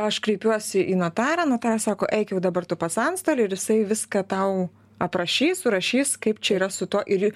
aš kreipiuosi į notarą notaras sako eik jau dabar tu pas antstolį ir jisai viską tau aprašys surašys kaip čia yra su tuo ir